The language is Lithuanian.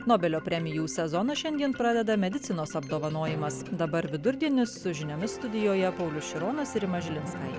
nobelio premijų sezonas šiandien pradeda medicinos apdovanojimas dabar vidurdienis su žiniomis studijoje paulius šironas ir rima žilinskaitė